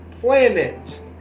planet